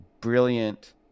brilliant